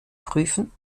prüfen